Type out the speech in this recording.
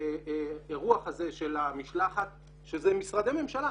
האירוח הזה של המשלחת שזה משרדי ממשלה.